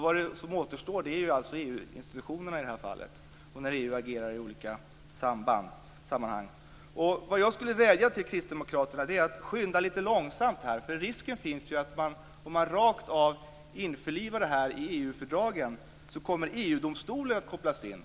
Vad som återstår är alltså EU-institutionerna, när EU agerar i olika sammanhang. Jag skulle vilja vädja till kristdemokraterna att skynda lite långsamt. Om man rakt av införlivar konventionen i EU-fördragen kommer EG-domstolen att kopplas in.